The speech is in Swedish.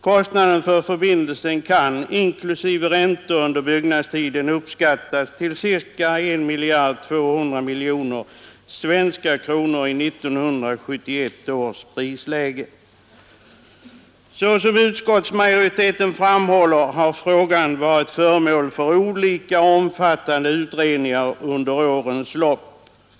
Kostnaden för förbindelsen kan — inklusive räntor under byggnadstiden — uppskattas till ca 1 200 miljoner svenska kronor i 1971 års prisläge. Såsom utskottsmajoriteten framhåller har frågan varit föremål för olika omfattande utredningar under årens lopp.